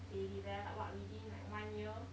they develop what within like one year